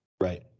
Right